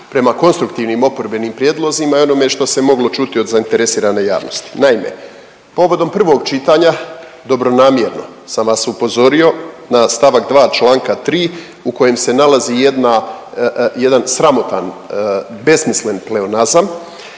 prema konstruktivnim oporbenim prijedlozima i onome što se moglo čuti od zainteresirane javnosti. Naime, povodom prvog čitanja dobronamjerno sam vas upozorio na st. 2. čl. 3. u kojem se nalazi jedna, jedan sramotan pleonazam,